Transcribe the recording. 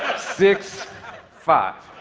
six five.